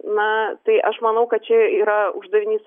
na tai aš manau kad čia yra uždavinys